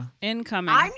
Incoming